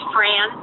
Fran